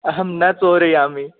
अहं न चोरयामि